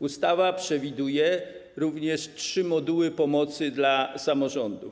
Ustawa przewiduje również trzy moduły pomocy dla samorządów.